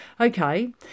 okay